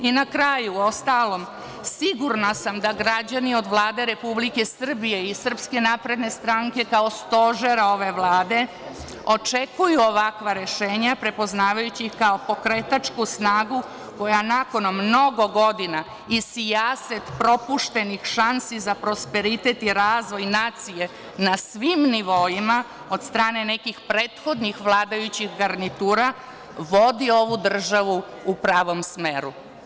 Na kraju, uostalom, sigurna sam da građani od Vlade Republike Srbije i SNS kao stožera ove Vlade očekuju ovakva rešenja, prepoznavajući ih kao pokretačku snagu, koja nakon mnogo godina i sijaset propuštenih šansi za prosperitet i razvoj nacije na svim nivoima od strane nekih prethodnih vladajućih garnitura vodi ovu državu u pravom smeru.